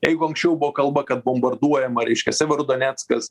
jeigu anksčiau buvo kalba kad bombarduojama reiškia severodoneckas